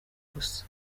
gusa